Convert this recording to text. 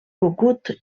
cucut